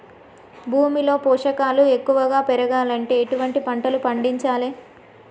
భూమిలో పోషకాలు ఎక్కువగా పెరగాలంటే ఎటువంటి పంటలు పండించాలే?